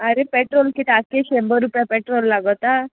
आरे पेट्रोल कि टाकी शंबर रुपया पेट्रोल लागोता